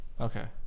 Okay